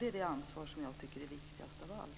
Det är det ansvar som jag tycker är viktigast av allt.